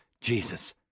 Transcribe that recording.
Jesus